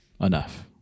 enough